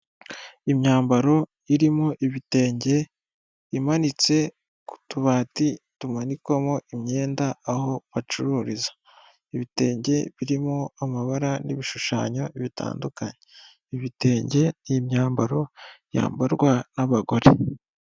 Imyambaro irimo ibitenge imanitse ku tubati tumanikwamo imyenda aho bacururiza, ibitenge birimo amabara n'ibishushanyo bitandukanye, ibitenge ni imyambaro yambarwa n'abagore.